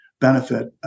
benefit